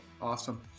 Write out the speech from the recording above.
Awesome